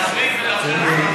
להחריג ולאפשר,